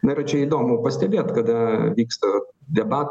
na yra čia įdomu pastebėt kada vyksta debatai